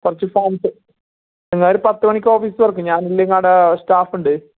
കുറച്ച് ഫോംസ് ഞങ്ങൾ ഒരു പത്ത് മണിക്ക് ഓഫീസ് തുറക്കും ഞാൻ ഇല്ലെങ്കിൽ ആടെ സ്റ്റാഫ് ഉണ്ട്